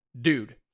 dude